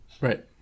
Right